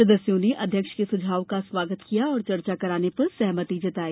सदस्यों ने अध्यक्ष के सुझाव का स्वागत किया और चर्चा कराने पर सहमति जताई